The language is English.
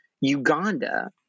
Uganda